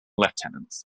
lieutenants